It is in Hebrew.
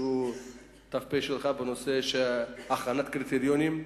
שהוא ת"פ שלך בנושא הכנת קריטריונים.